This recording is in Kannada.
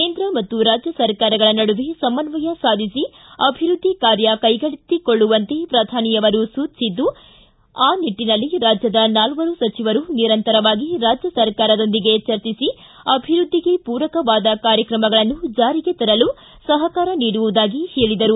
ಕೇಂದ್ರ ಮತ್ತು ರಾಜ್ಯ ಸರ್ಕಾರಗಳ ನಡುವೆ ಸಮನ್ವಯ ಸಾಧಿಸಿ ಅಭಿವೃದ್ಧಿ ಕಾರ್ಯ ಕೈಗೆತ್ತಿಕೊಳ್ಳುವಂತೆ ಪ್ರಧಾನಿ ಅವರು ಸೂಚಿಸಿದ್ದು ಆ ನಿಟ್ಟನಲ್ಲಿ ರಾಜ್ಯದ ನಾಲ್ವರೂ ಸಚಿವರೂ ನಿರಂತರವಾಗಿ ರಾಜ್ಯ ಸರ್ಕಾರದೊಂದಿಗೆ ಚರ್ಚಿಸಿ ಅಭಿವೃದ್ಧಿಗೆ ಪೂರಕವಾದ ಕಾರ್ಯಕ್ರಮಗಳನ್ನು ಜಾರಿಗೆ ತರಲು ಸಹಕಾರ ನೀಡುವುದಾಗಿ ಹೇಳಿದರು